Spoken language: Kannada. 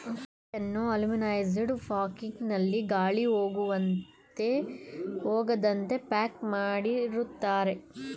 ಟೀಯನ್ನು ಅಲುಮಿನೈಜಡ್ ಫಕಿಂಗ್ ನಲ್ಲಿ ಗಾಳಿ ಹೋಗದಂತೆ ಪ್ಯಾಕ್ ಮಾಡಿರುತ್ತಾರೆ